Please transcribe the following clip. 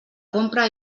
compra